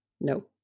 No